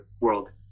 world